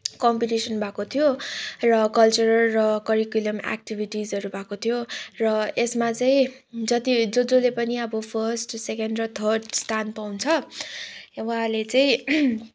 competition भएको थियो र कल्चरल र करिकुलम एक्टिभिटिजहरू भएको थियो र यसमा चाहिँ जति जो जसले पनि अब फर्स्ट सेकेन्ड र थर्ड स्टान्ड पाउँछ उहाँले चाहिँ